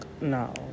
No